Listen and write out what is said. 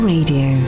Radio